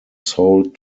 sold